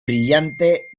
brillante